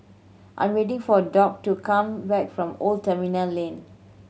I'm waiting for a Doc to come back from Old Terminal Lane